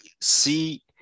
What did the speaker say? see